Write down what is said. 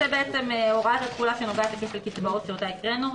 זו בעצם הוראת התחולה שנוגעת לכפל קצבאות שאותה הקראנו.